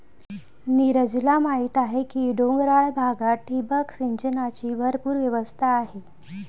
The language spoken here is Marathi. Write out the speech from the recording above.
नीरजला माहीत आहे की डोंगराळ भागात ठिबक सिंचनाची भरपूर व्यवस्था आहे